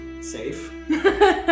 safe